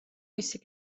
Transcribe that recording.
მისი